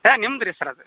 ಹೇ ನಿಮ್ದು ರೀ ಸರ್ ಅದು